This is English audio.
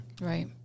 Right